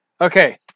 Okay